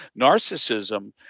narcissism